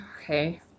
Okay